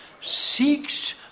seeks